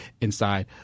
inside